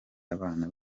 abana